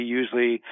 usually